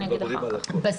זה